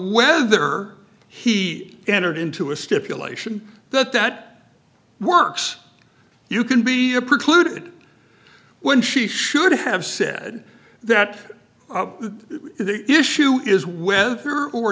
whether he entered into a stipulation that that works you can be your precluded when she should have said that the issue is whether or